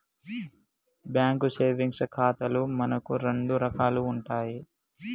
bank savings ఖాతాలు మనకు రెండు రకాలు ఉంటాయి